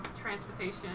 transportation